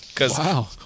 Wow